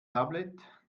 tablet